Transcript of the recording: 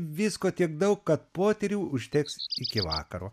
visko tiek daug kad potyrių užteks iki vakaro